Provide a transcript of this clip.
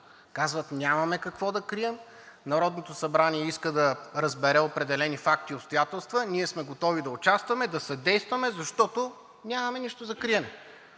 казват: „Нямаме какво да крием. Народното събрание иска да разбере определени факти и обстоятелства, ние сме готови да участваме, да съдействаме, защото нямаме нищо за криене.“